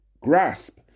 grasp